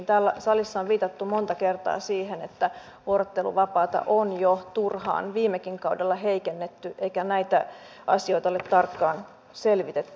täällä salissa on viitattu monta kertaa siihen että vuorotteluvapaata on jo turhaan viimekin kaudella heikennetty eikä näitä asioita ole tarkkaan selvitetty